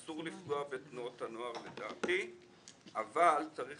אסור לפגוע בתנועות הנוער לדעתי אבל צריך